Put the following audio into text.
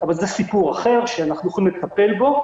אבל זה סיפור אחר שאנחנו יכולים לטפל בו.